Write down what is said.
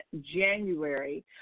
January